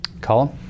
Colin